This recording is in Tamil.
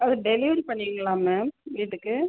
அது டெலிவரி பண்ணுவீங்களா மேம் வீட்டுக்கு